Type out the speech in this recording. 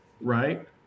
right